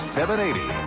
780